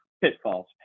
pitfalls